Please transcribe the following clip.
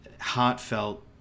heartfelt